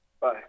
bye